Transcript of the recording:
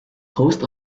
host